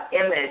image